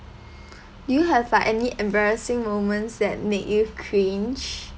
do you have like any embarrassing moments that make you cringe